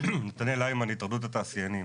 נתנאל היימן, התאחדות התעשיינים.